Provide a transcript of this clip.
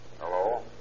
Hello